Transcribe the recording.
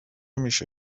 میشه